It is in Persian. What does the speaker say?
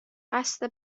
قصد